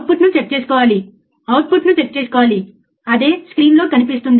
slew rate వక్రీకరణ స్పష్టంగా కనిపిస్తుంది